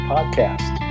Podcast